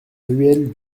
ruelle